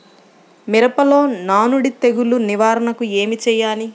మిరపలో నానుడి తెగులు నివారణకు ఏమి చేయాలి?